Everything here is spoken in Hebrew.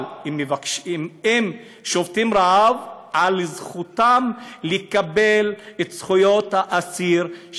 אבל הם שובתים רעב על זכותם לקבל את זכויות האסיר,